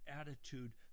attitude